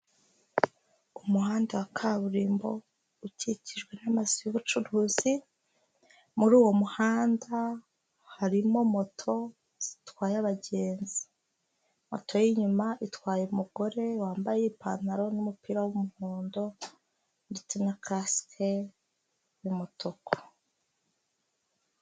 Umuhanda wa kaburimbo ukikijwe n'amazu y'ubucuruzi, muri uwo muhanda harimo moto zitwaye abagenzi, moto y'inyuma itwaye umugore wambaye ipantaro n'umupira w'umuhondo ndetse na kasike y'umutuku.